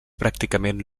pràcticament